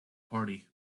party